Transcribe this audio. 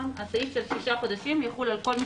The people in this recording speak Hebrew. הסעיף של שישה חודשים יחול על כל מי